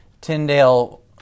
Tyndale